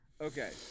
Okay